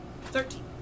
Thirteen